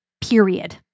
period